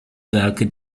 werke